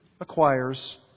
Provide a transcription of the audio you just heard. acquires